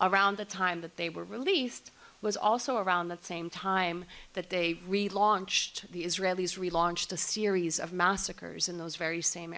around the time that they were released was also around the same time that they relaunched the israelis relaunched a series of massacres in those very same